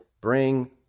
Bring